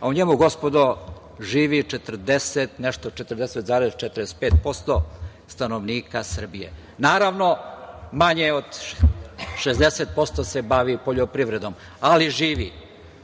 a u njemu, gospodo, živi 40,45% stanovnika Srbije. Naravno, manje od 60% se bavi poljoprivredom, ali živi.